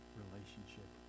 relationship